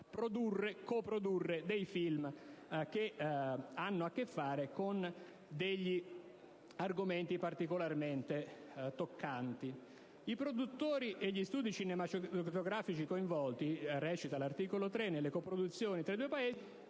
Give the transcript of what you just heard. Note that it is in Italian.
potere di coprodurre dei film che hanno a che fare con argomenti particolarmente sensibili. «I produttori e gli studi cinematografici coinvolti», recita l'articolo 3, «nelle coproduzioni tra i due Paesi